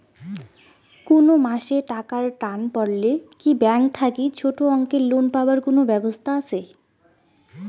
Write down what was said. কুনো মাসে টাকার টান পড়লে কি ব্যাংক থাকি ছোটো অঙ্কের লোন পাবার কুনো ব্যাবস্থা আছে?